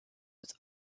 was